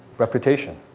reputation.